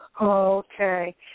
Okay